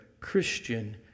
Christian